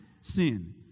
sin